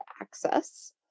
access